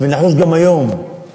וחבל שבית-המשפט העליון פסל אותו.